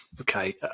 Okay